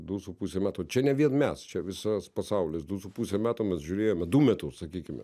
du su puse metų čia ne vien mes čia visas pasaulis du su puse metų mes žiūrėjome du metus sakykime